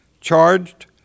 charged